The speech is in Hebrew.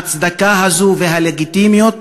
ההצדקה הזאת והלגיטימציה,